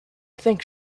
think